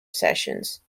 sessions